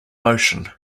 motion